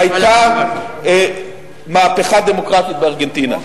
היתה מהפכה דמוקרטית בארגנטינה.